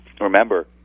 remember